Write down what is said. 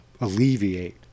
alleviate